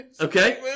Okay